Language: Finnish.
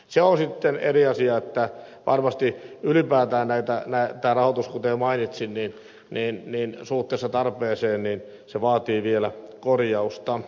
se on sitten eri asia että varmasti ylipäätään tämä rahoitus kuten jo mainitsin suhteessa tarpeeseen vaatii vielä korjausta